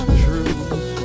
truth